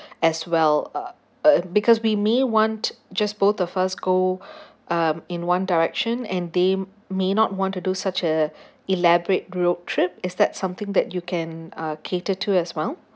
as well uh uh because we may want just both of us go uh in one direction and they may not want to do such a elaborate group trip is that something that you can uh cater too as well